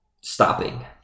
stopping